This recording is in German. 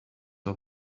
auf